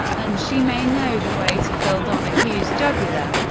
and she may know the way to phil donahue's jugular.